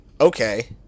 okay